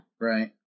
Right